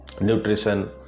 nutrition